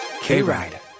K-Ride